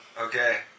okay